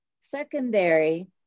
Secondary